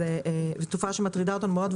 זו תופעה שמטרידה אותנו מאוד.